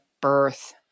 birth